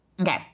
Okay